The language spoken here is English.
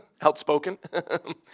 outspoken